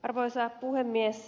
arvoisa puhemies